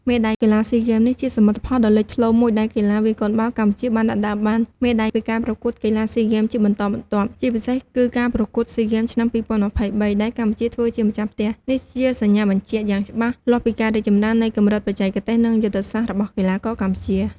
មេដាយកីឡាស៊ីហ្គេមនេះជាសមិទ្ធផលដ៏លេចធ្លោមួយ ដែលកីឡាវាយកូនបាល់កម្ពុជាបានដណ្ដើមបាន មេដាយពីការប្រកួតកីឡាស៊ីហ្គេមជាបន្តបន្ទាប់ ជាពិសេសគឺការប្រកួតស៊ីហ្គេមឆ្នាំ ២០២៣ ដែលកម្ពុជាធ្វើជាម្ចាស់ផ្ទះ។ នេះជាសញ្ញាបញ្ជាក់យ៉ាងច្បាស់លាស់ពីការរីកចម្រើននៃកម្រិតបច្ចេកទេស និងយុទ្ធសាស្ត្ររបស់កីឡាករកម្ពុជា។